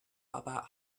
about